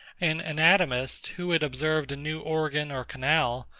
an anatomist, who had observed a new organ or canal,